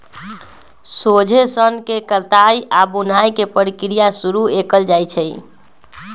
सोझे सन्न के कताई आऽ बुनाई के प्रक्रिया शुरू कएल जाइ छइ